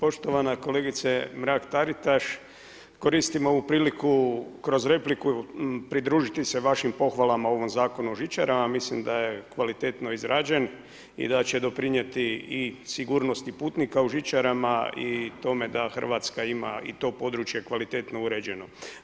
Poštovana kolegice Mrak-Taritaš, koristim ovu priliku kroz repliku pridružiti se vašim pohvalama ovom Zakonu o žičarama, mislim da je kvalitetno izrađen i da će doprinijeti i sigurnosti putnika u žičarama i tome da Hrvatska ima i to područje kvalitetno uređeno.